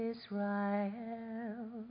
Israel